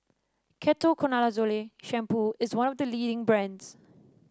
Ketoconazole Shampoo is one of the leading brands